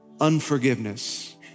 Unforgiveness